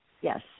Yes